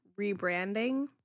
rebranding